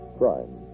crime